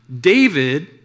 David